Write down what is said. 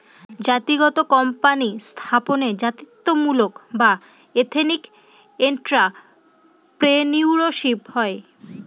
জাতিগত কোম্পানি স্থাপনে জাতিত্বমূলক বা এথেনিক এন্ট্রাপ্রেনিউরশিপ হয়